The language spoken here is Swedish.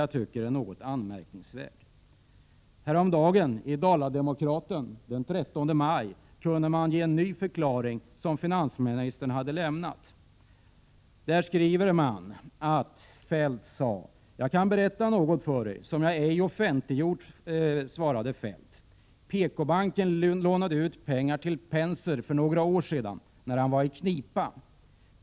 Detta tycker jag är något anmärkningsvärt. Häromdagen, närmare bestämt den 13 maj, kunde man i Dala-Demokraten läsa om en ny förklaring som finansministern hade lämnat. I tidningen stod: ”- Jag kan berätta något för er, som jag ej offentliggjort, svarade Feldt. —- PKbanken lånade ut pengar till Penser för några år sedan när han var i knipa.